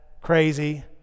crazy